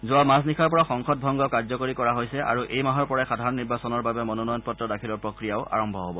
যোৱা মাজনিশাৰ পৰা সংসদ ভংগ কাৰ্যকৰী কৰা হৈছে আৰু এই মাহৰ পৰাই সাধাৰণ নিৰ্বাচনৰ বাবে মনোনয়ন পত্ৰ দাখিলৰ প্ৰক্ৰিয়াও আৰম্ভ হ'ব